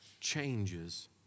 changes